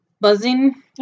buzzing